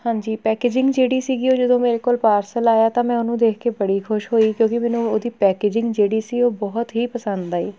ਹਾਂਜੀ ਪੈਕੇਜਿੰਗ ਜਿਹੜੀ ਸੀਗੀ ਉਹ ਜਦੋਂ ਮੇਰੇ ਕੋਲ ਪਾਰਸਲ ਆਇਆ ਤਾਂ ਮੈਂ ਉਹਨੂੰ ਦੇਖ ਕੇ ਬੜੀ ਖੁਸ਼ ਹੋਈ ਕਿਉਂਕਿ ਮੈਨੂੰ ਉਹਦੀ ਪੈਕਜਿੰਗ ਜਿਹੜੀ ਸੀ ਉਹ ਬਹੁਤ ਹੀ ਪਸੰਦ ਆਈ